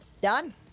Done